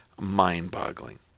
Mind-boggling